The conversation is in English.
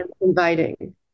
inviting